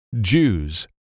Jews